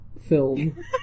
film